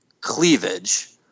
cleavage